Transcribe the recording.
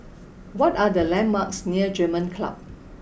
what are the landmarks near German Club